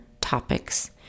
topics